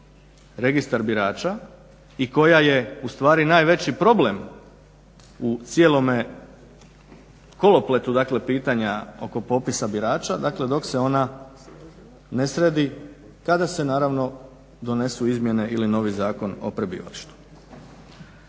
registar birača i koja je ustvari najveći problem u cijelome kolopletu, dakle pitanja oko popisa birača, dakle dok se ona ne sredi, kada se naravno donesu izmjene ili novi Zakon o prebivalištu.